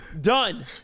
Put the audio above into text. Done